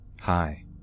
hi